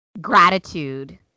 gratitude